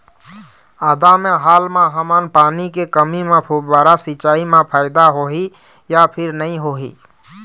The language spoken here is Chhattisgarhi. आदा मे हाल मा हमन पानी के कमी म फुब्बारा सिचाई मे फायदा होही या फिर नई होही?